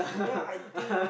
ya I think